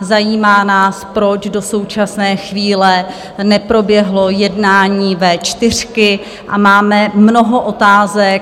Zajímá nás, proč do současné chvíle neproběhlo jednání V4, a máme mnoho otázek.